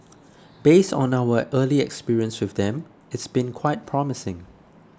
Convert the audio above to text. based on our early experience with them it's been quite promising